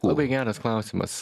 labai geras klausimas